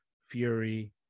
Fury